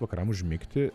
vakaram užmigti